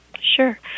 sure